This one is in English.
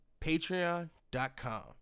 patreon.com